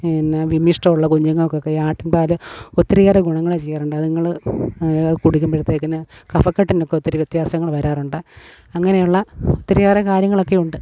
പിന്നെ വിമ്മിഷ്ടൂള്ള കുഞ്ഞുങ്ങൾക്കൊക്കെ ഈ ആട്ടിൻ പാല് ഒത്തിരിയേറെ ഗുണങ്ങള് ചെയ്യാറുണ്ട് അതുങ്ങള് കുടിക്കുമ്പഴത്തേക്കിന് കഫക്കെട്ടിനൊക്കെ ഒത്തിരി വ്യത്യാസങ്ങള് വരാറുണ്ട് അങ്ങനെയുള്ള ഒത്തിരിയേറെ കാര്യങ്ങളൊക്കെ ഉണ്ട്